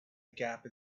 gap